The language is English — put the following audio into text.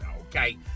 okay